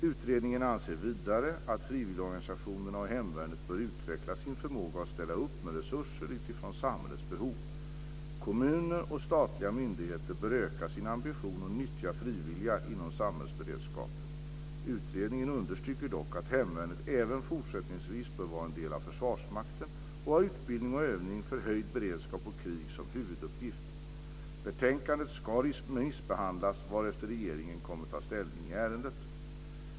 Utredningen anser vidare att frivilligorganisationerna och hemvärnet bör utveckla sin förmåga att ställa upp med resurser utifrån samhällets behov. Kommuner och statliga myndigheter bör öka sin ambition att nyttja frivilliga inom samhällsberedskapen. Utredningen understryker dock att hemvärnet även fortsättningsvis bör vara en del av Försvarsmakten och ha utbildning och övning för höjd beredskap och krig som huvuduppgift. Betänkandet ska remissbehandlas varefter regeringen kommer att ta ställning i ärendet.